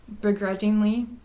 begrudgingly